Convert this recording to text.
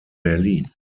berlin